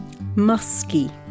musky